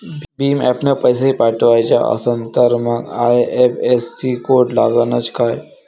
भीम ॲपनं पैसे पाठवायचा असन तर मंग आय.एफ.एस.सी कोड लागनच काय?